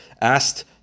asked